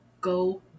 go